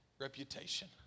reputation